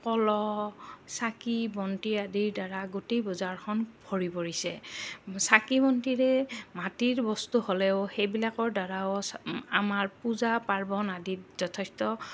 কলহ চাকি বন্তি আদিৰ দ্বাৰা গোটেই বজাৰখন ভৰি পৰিছে চাকি বন্তিৰে মাটিৰ বস্তু হ'লেও সেইবিলাকৰ দ্বাৰাও আমাৰ পূজা পাৰ্বণ আদিত যথেষ্ট